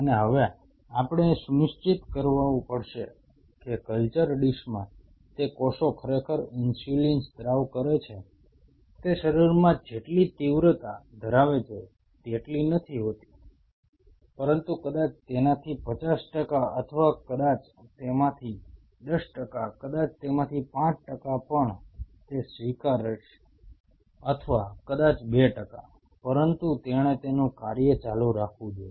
અને હવે આપણે એ સુનિશ્ચિત કરવું પડશે કે કલ્ચર ડિશમાં તે કોષો ખરેખર ઇન્સ્યુલિન સ્ત્રાવ કરે છે તે શરીરમાં જેટલી તીવ્રતા ધરાવે છે તેટલી નથી હોતી પરંતુ કદાચ તેનાથી પચાસ ટકા અથવા કદાચ તેમાંથી 10 ટકા કદાચ તેમાંથી 5 ટકા પણ તે સ્વીકારીશ અથવા કદાચ 2 ટકા પરંતુ તેણે તેનું કાર્ય ચાલુ રાખવું જોઈએ